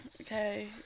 Okay